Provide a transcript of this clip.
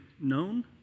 known